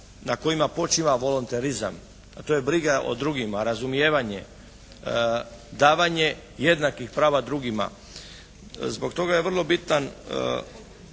na kojima počiva volonterizam, a to je briga o drugima, razumijevanje, davanje jednakih prava drugima. Zbog toga je vrlo bitan